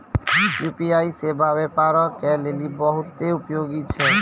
UPI सेबा व्यापारो के लेली बहुते उपयोगी छै